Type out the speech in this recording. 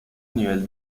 nivel